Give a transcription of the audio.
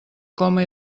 coma